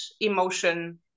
emotion